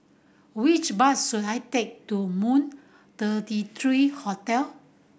which bus should I take to Moon thirty three Hotel